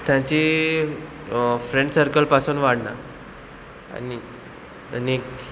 तांची friend circle पासून वाडना आनी आनीक